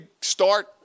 start